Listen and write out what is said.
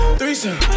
Threesome